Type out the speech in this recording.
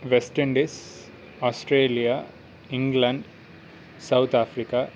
West Indies Australia England South Africa